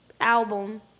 album